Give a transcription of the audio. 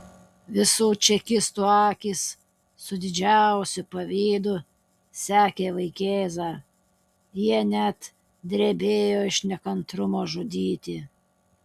visų čekistų akys su didžiausiu pavydu sekė vaikėzą jie net drebėjo iš nekantrumo žudyti